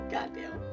Goddamn